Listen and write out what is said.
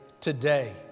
today